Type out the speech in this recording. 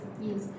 yes